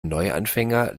neuanfänger